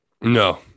No